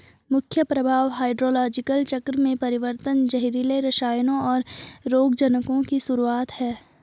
मुख्य प्रभाव हाइड्रोलॉजिकल चक्र में परिवर्तन, जहरीले रसायनों, और रोगजनकों की शुरूआत हैं